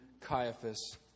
Caiaphas